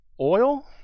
Oil